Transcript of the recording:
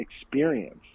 experience